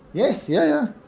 yes. yeah.